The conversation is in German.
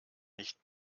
nicht